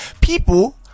People